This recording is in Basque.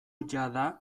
jada